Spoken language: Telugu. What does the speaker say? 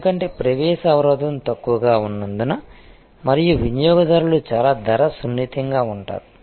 ఎందుకంటే ప్రవేశ అవరోధం తక్కువగా ఉన్నందున మరియు వినియోగదారులు చాలా ధర సున్నితంగా ఉంటారు